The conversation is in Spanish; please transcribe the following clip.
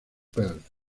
perth